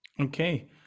Okay